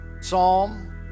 Psalm